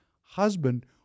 husband